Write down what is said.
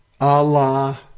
Allah